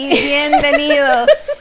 bienvenidos